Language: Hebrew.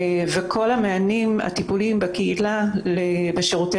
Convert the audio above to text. כל המענים הטיפוליים בקהילה של שירותי